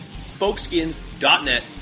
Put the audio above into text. spokeskins.net